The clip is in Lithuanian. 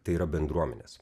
tai yra bendruomenės